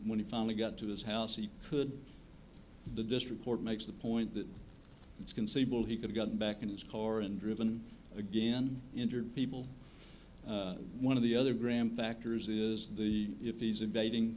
when he finally got to his house he could the district court makes the point that it's conceivable he could get back in his car and driven again injured people one of the other graham factors is if he's invading